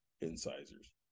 incisors